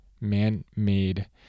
man-made